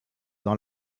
dans